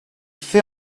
fait